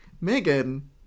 Megan